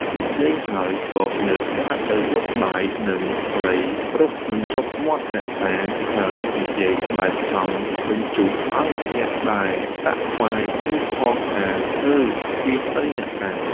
និយាយហើយ ក៏ងើបដើរទៅយកបាយ និងត្រីរុកបញ្ចុកមាត់អ្នកតា ហើយនិយាយបែបចង់បញ្ជោះឲ្យអ្នកដែលដាក់ថ្វាយនោះផងថា "ហឺ ស៊ីទៅអ្នកតា! ។